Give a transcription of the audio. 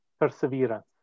perseverance